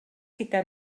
gyda